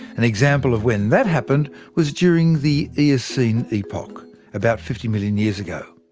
an example of when that happened was during the eocene epoch about fifty million years ago.